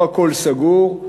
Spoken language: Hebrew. לא הכול סגור,